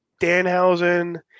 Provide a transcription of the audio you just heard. Danhausen